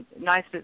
nice